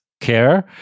care